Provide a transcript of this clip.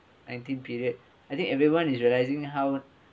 nineteen period I think everyone is realising how